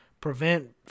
Prevent